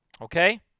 Okay